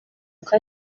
uko